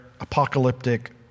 apocalyptic